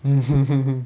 mmhmm